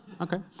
Okay